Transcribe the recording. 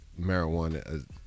marijuana